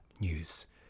news